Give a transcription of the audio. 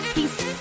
Peace